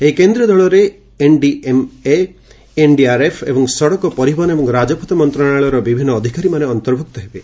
ଏହି କେନ୍ଦ୍ରୀୟ ଦଳରେ ଏନ୍ଡିଏମ୍ଏ ଏନ୍ଡିଆର୍ଏଫ୍ ଏବଂ ସଡ଼କ ପରିବହନ ଏବଂ ରାଜପଥ ମନ୍ତ୍ରଣାଳୟର ବିଭିନ୍ନ ଅଧିକାରୀମାନେ ଅନ୍ତର୍ଭୁକ୍ତ ହେବେ